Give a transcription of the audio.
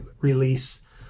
release